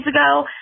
ago